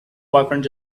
boyfriend